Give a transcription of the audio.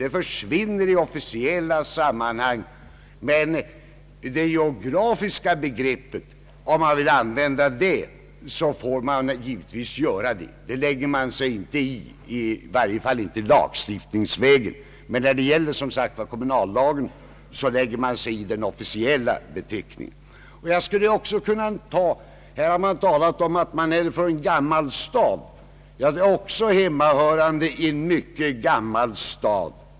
Om man vill fortsätta att använda ordet stad som ett geografiskt begrepp, får man givetvis göra det, det lägger i varje fall inte lagstiftningen hinder för. Jag är också hemmahörande i en mycket gammal stad.